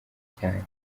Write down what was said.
cyane